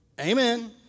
Amen